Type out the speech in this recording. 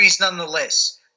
nonetheless